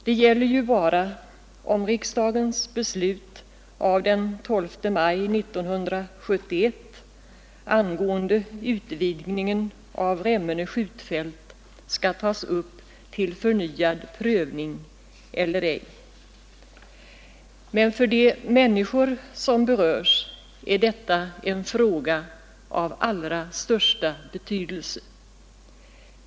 Den gäller ju bara om riksdagens beslut av den 12 maj 1971 angående utvidgningen av Remmene skjutfält skall tas upp till förnyad prövning eller ej. Men för de människor som berörs är detta en fråga av allra största betydelse.